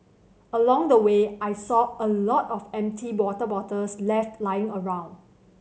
along the way I saw a lot of empty water bottles left lying around